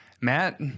Matt